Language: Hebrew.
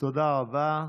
תודה רבה.